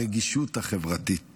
הרגישות החברתית